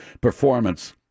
performance